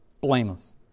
blameless